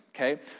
okay